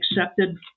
accepted